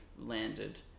landed